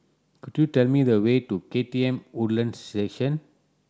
could you tell me the way to K T M Woodlands Station